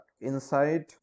inside